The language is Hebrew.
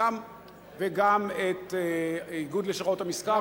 וגם את איגוד לשכות המסחר,